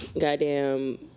Goddamn